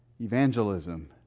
evangelism